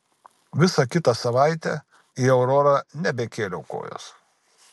visą kitą savaitę į aurorą nebekėliau kojos